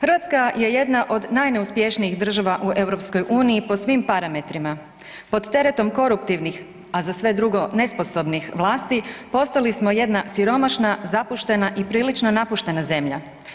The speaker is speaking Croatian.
Hrvatska je jedna od najneuspješnijih država u EU po svim parametrima, pod teretom koruptivnih, a za sve drugo nesposobnih vlasti, postali smo jedna siromašna, zapuštena i prilično napuštena zemlja.